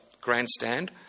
grandstand